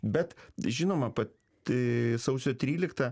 bet žinoma pati sausio trylikta